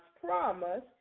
promise